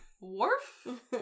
Worf